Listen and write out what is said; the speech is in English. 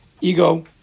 ego